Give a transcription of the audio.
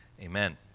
Amen